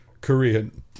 Korean